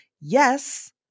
yes